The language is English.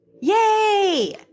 Yay